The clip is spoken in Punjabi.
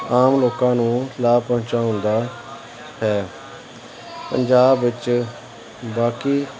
ਆਮ ਲੋਕਾਂ ਨੂੰ ਲਾਭ ਪਹੁੰਚਾਉਣ ਦਾ ਹੈ ਪੰਜਾਬ ਵਿੱਚ ਬਾਕੀ